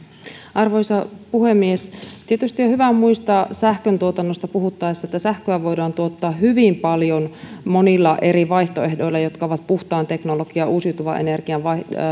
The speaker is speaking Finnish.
arvoisa puhemies tietysti on hyvä muistaa sähköntuotannosta puhuttaessa että sähköä voidaan tuottaa hyvin monilla eri vaihtoehdoilla jotka ovat puhdasta teknologiaa uusiutuvan energian